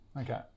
Okay